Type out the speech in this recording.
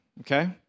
okay